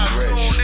rich